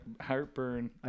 heartburn